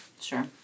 sure